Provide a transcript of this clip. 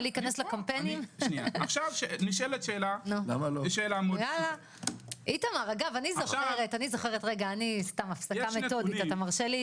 נשאלת שאלה- -- אתה מרשה לי,